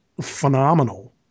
phenomenal